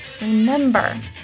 remember